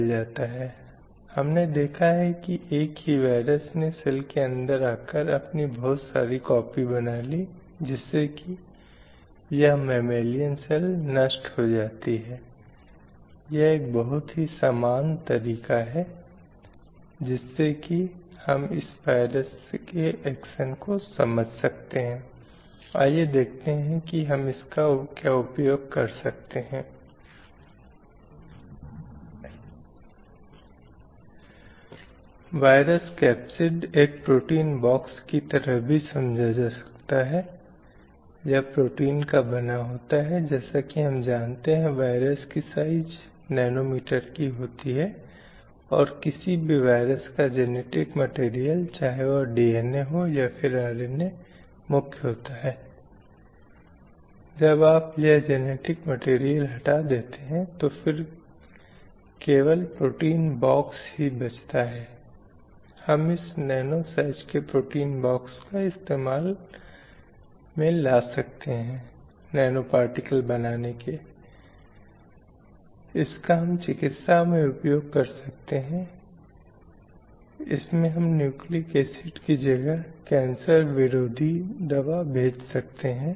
इसलिए उस पेशे या या कैरियर उस को अपनाने वाली एक महिला के बारे में सोचना बहुत मुश्किल है और जो वास्तव में ऐसा करती है समाज सवाल उठाता है कभी कभी सवाल उठाता है क्योंकि कोई भी उस पेशे को एक महिला द्वारा अपनाने की मंजूरी नहीं देता है और कभी कभी आप जानते हैं उन्हें कहा जाता है आप उत्कृष्ट सफल व्यक्ति हैं और ऐसे कई विशेषण हैं जिन्हें इसलिए दिया जाता है क्योंकि इस समाज के लिए वास्तव में यह स्वीकार करना बहुत मुश्किल हो जाता है कि एक महिला भी अपने प्रतिरूप की तरह वही काम कर सकती है